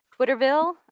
Twitterville